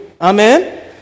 Amen